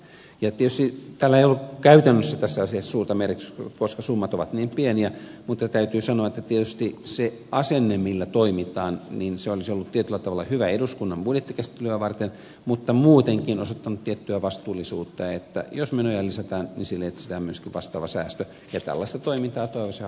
tietysti tällä ei ollut käytännössä tässä asiassa suurta merkitystä koska summat ovat niin pieniä mutta täytyy sanoa että tietysti se asenne millä toimitaan olisi ollut tietyllä tavalla hyvä eduskunnan budjettikäsittelyä varten ja muutenkin olisi osoittanut tiettyä vastuullisuutta että jos menoja lisätään niin sille etsitään myöskin vastaava säästö keralassa toimintaa toisena